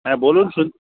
হ্যাঁ বলুন শুন